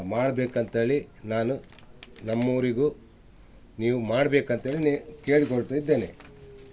ಮಾಡ್ಬೇಕಂತ್ಹೇಳಿ ನಾನು ನಮ್ಮೂರಿಗೂ ನೀವು ಮಾಡ್ಬೇಕಂತ್ಹೇಳಿ ನೀ ಕೇಳ್ಕೊಳ್ತಾ ಇದ್ದೇನೆ